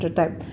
time